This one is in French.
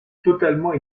totalement